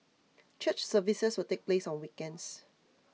church services will take place on weekends